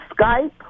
Skype